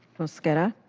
mosqueda.